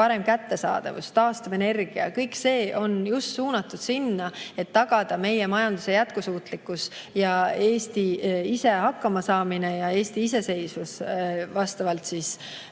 parem kättesaadavus, taastuvenergia –, kõik see on suunatud just sinna, et tagada meie majanduse jätkusuutlikkus ja Eesti ise hakkamasaamine, Eesti iseseisvus nende